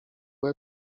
łeb